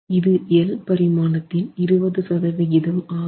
இது L பரிமாணத்தின் 20 சதவிகிதம் ஆகும்